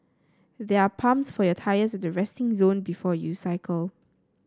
there are pumps for your tyres at the resting zone before you cycle